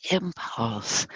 impulse